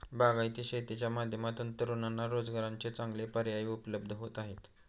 बागायती शेतीच्या माध्यमातून तरुणांना रोजगाराचे चांगले पर्याय उपलब्ध होत आहेत